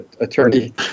attorney